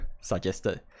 suggested